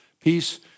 peace